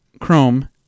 Chrome